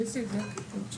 נכון?